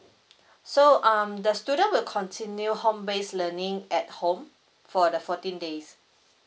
so um the student will continue home base learning at home for the fourteen days